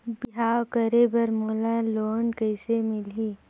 बिहाव करे बर मोला लोन कइसे मिलही?